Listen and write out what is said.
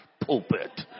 pulpit